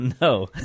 No